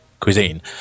cuisine